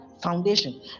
foundation